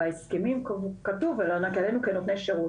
ובהסכמים כתוב עלינו כנותני שירות,